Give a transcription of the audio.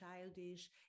childish